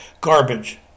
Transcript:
garbage